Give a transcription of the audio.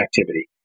activity